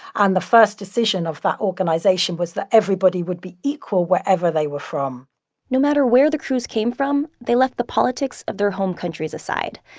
and the first decision of that organization was that everybody would be equal wherever they were from no matter where the crews came from, they left the politics of their home countries aside.